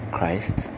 Christ